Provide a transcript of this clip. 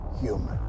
human